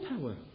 power